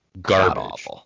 garbage